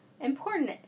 important